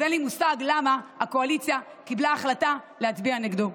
אז אין לי מושג למה הקואליציה קיבלה החלטה להצביע נגדו.